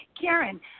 Karen